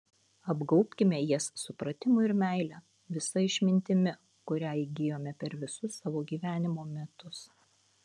apgaubkime jas supratimu ir meile visa išmintimi kurią įgijome per visus savo gyvenimo metus